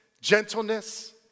gentleness